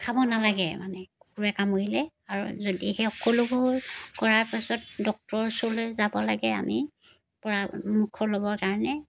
খাব নেলাগে মানে কুকুৰে কামুৰিলে আৰু যদিহে সকলোবোৰ কৰাৰ পাছত ডক্তৰৰ ওচৰলৈ যাব লাগে আমি পৰা মুখত ল'বৰ কাৰণে